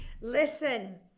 Listen